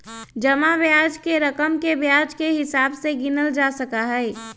जमा ब्याज के रकम के ब्याज के हिसाब से गिनल जा सका हई